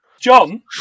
John